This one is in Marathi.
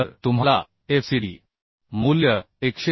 तर तुम्हाला FCD मूल्य 135